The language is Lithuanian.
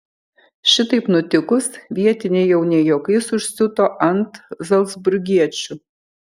šitaip nutikus vietiniai jau ne juokais užsiuto ant zalcburgiečių